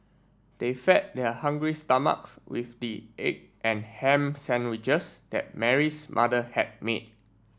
they fed their hungry stomachs with the egg and ham sandwiches that Mary's mother had made